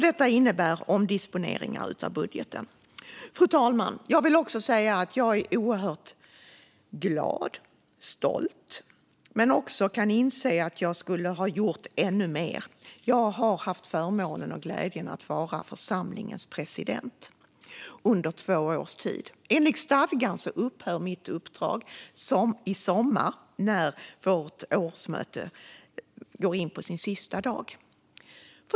Detta innebär omdisponeringar av budgeten. Fru talman! Jag är oerhört glad och stolt, men jag kan också inse att jag skulle ha gjort ännu mer. Jag har haft förmånen och glädjen att vara församlingens president under två års tid. Enligt stadgan upphör mitt uppdrag i sommar när vårt årsmöte går in på sin sista dag.